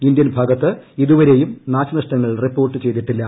Indian ഭാഗത്ത് ഇതുവരെയും നാശ്നഷ്ടങ്ങൾ റിപ്പോർട്ട് ചെയ്തിട്ടില്ല